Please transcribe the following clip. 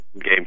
game